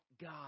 God